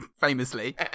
Famously